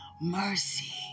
Mercy